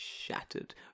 shattered